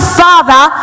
father